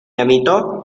amito